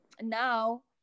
now